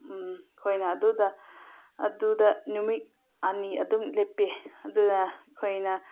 ꯑꯩꯈꯣꯏꯅ ꯑꯗꯨꯗ ꯑꯗꯨꯗ ꯅꯨꯃꯤꯠ ꯑꯅꯤ ꯑꯗꯨꯝ ꯂꯦꯞꯄꯦ ꯑꯗꯨꯅ ꯑꯩꯈꯣꯏꯅ